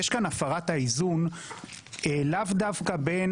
יש כאן הפרת האיזון לאו דווקא בין